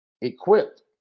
equipped